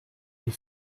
les